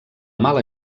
mala